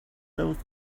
those